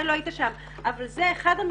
לא היית שם אבל בעיניי זה אחד המחדלים.